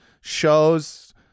shows